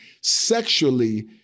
sexually